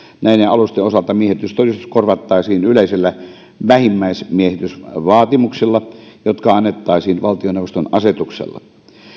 näiden alusten osalta miehitystodistus korvattaisiin yleisillä vähimmäismiehitysvaatimuksilla jotka annettaisiin valtioneuvoston asetuksella